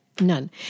None